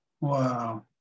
Wow